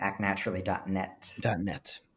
ActNaturally.net